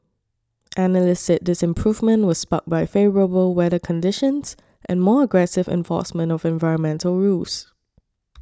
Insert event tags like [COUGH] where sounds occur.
[NOISE] analysts said this improvement was sparked by favourable weather conditions and more aggressive enforcement of environmental rules